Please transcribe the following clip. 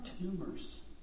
tumors